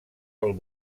pel